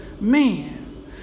man